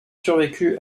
survécu